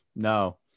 No